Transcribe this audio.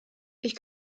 ich